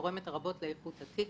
תורמת רבות לאיכות התיק.